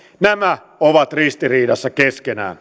nämä ovat ristiriidassa keskenään